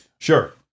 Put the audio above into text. sure